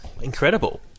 Incredible